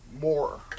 more